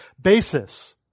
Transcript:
basis